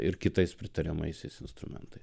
ir kitais pritariamaisiais instrumentais